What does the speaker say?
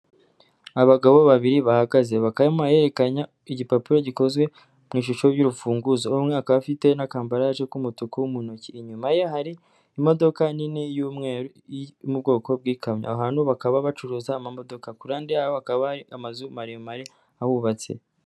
Abagabo babiri bahagaze bakaba barimo baraherekanya igipapuro gikozwe mu ishusho y'urufunguzo. Umwe akaba afite n'akambaraje k'umutuku mu ntoki. Inyuma ye hari imodoka nini y'umweru yo mu bwoko bw'ikamyo. Aho hantu bakaba bacuruza amamodoka. Ku ruhande yaho hakaba hari amazu maremare ahubatse.